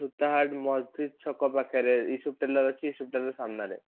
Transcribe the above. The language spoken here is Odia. ସୂତାହାଟ୍ ମସଜିଦ୍ ଛକ ପାଖରେ ୟୁସୁଫ୍ ଟେଲର୍ ଅଛି ୟୁସୁଫ୍ ଟେଲର୍ ସାମ୍ନାରେ